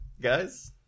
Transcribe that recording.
guys